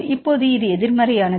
இப்போது இது எதிர்மறையானது